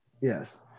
Yes